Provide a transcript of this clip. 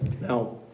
Now